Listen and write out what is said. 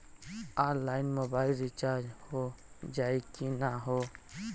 Online mobile recharge हो जाई की ना हो?